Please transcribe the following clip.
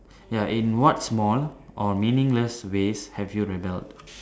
ya in what small or meaningless ways have you rebelled